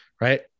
right